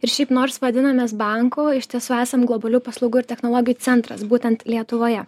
ir šiaip nors vadinamės banku iš tiesų esam globalių paslaugų ir technologijų centras būtent lietuvoje